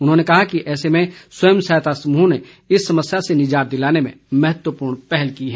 उन्होंने कहा कि ऐसे में स्वयं सहायता समूहों ने इस समस्या से निजात दिलाने में महत्वपूर्ण पहल की है